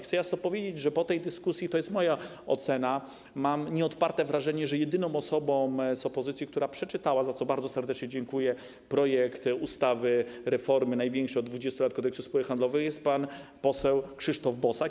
Chcę jasno powiedzieć, że po tej dyskusji - to jest moja ocena - mam nieodparte wrażenie, że jedyną osobą z opozycji, która przeczytała, za co bardzo serdecznie dziękuję, projekt ustawy, który dotyczy największej od 20 lat reformy Kodeksu spółek handlowych, jest pan poseł Krzysztof Bosak.